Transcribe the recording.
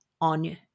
on